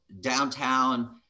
downtown